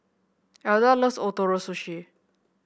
Elda loves Ootoro Sushi